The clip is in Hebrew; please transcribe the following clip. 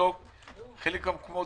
24